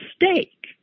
mistake